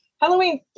Halloween